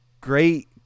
great